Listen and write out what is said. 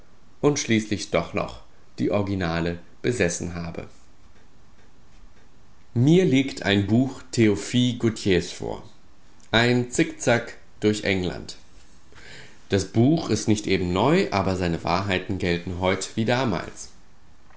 und schließlich doch noch die originale besessen habe mir liegt ein buch theophile gautiers vor ein zickzack durch england das buch ist nicht eben neu aber seine wahrheiten gelten heut wie damals